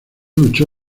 luchó